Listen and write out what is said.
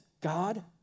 God